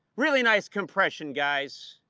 really nice compression, guys.